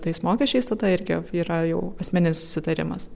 tais mokesčiais tada irgi yra jau asmeninis susitarimas